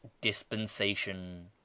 dispensation